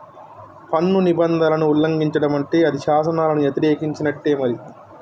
పన్ను నిబంధనలను ఉల్లంఘిచడం అంటే అది శాసనాలను యతిరేకించినట్టే మరి